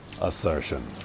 assertion